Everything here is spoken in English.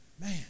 man